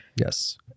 Yes